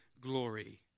glory